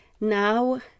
now